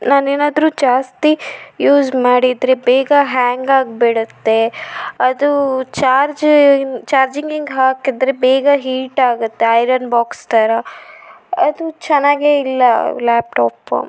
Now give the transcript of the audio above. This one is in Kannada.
ನಾನೇನಾದರೂ ಜಾಸ್ತಿ ಯೂಸ್ ಮಾಡಿದರೆ ಬೇಗ ಹ್ಯಾಂಗ್ ಆಗಿಬಿಡುತ್ತೆ ಅದು ಚಾರ್ಜ್ ಚಾರ್ಜಿಂಗಿಗ್ ಹಾಕಿದರೆ ಬೇಗ ಹೀಟ್ ಆಗುತ್ತೆ ಐರನ್ ಬಾಕ್ಸ್ ಥರ ಅದು ಚೆನ್ನಾಗೆ ಇಲ್ಲ ಲ್ಯಾಪ್ಟಾಪು